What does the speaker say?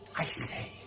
i say,